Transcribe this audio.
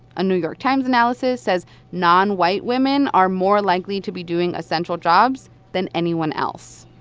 a new york times analysis says nonwhite women are more likely to be doing essential jobs than anyone else.